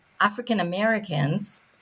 African-Americans